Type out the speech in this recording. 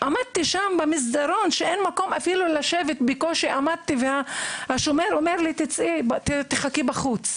עמדתי שם במסדרון כי לא היה מקום לשבת והשומר אמר לי לצאת להמתין בחוץ.